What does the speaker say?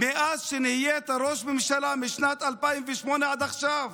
מאז שנהיית ראש ממשלה, משנת 2008 עד עכשיו.